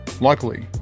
Luckily